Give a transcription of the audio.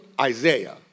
Isaiah